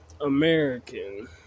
American